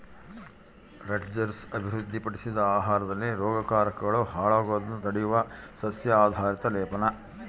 Rutgers ಅಭಿವೃದ್ಧಿಪಡಿಸಿದ ಆಹಾರದಲ್ಲಿ ರೋಗಕಾರಕಗಳು ಹಾಳಾಗೋದ್ನ ತಡೆಯುವ ಸಸ್ಯ ಆಧಾರಿತ ಲೇಪನ